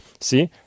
see